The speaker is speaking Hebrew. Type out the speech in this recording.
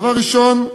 דבר ראשון,